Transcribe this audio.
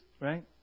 right